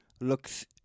looks